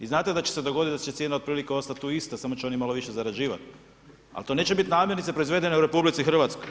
I znate da će se dogoditi da će cijena otprilike ostati tu ista, samo će oni malo više zarađivati, al, to neće biti namirnice proizvedene u RH.